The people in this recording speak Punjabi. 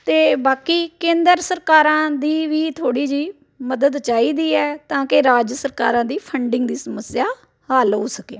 ਅਤੇ ਬਾਕੀ ਕੇਂਦਰ ਸਰਕਾਰਾਂ ਦੀ ਵੀ ਥੋੜ੍ਹੀ ਜਿਹੀ ਮਦਦ ਚਾਹੀਦੀ ਹੈ ਤਾਂ ਕਿ ਰਾਜ ਸਰਕਾਰਾਂ ਦੀ ਫੰਡਿੰਗ ਦੀ ਸਮੱਸਿਆ ਹੱਲ ਹੋ ਸਕੇ